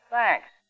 Thanks